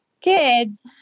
kids